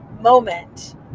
moment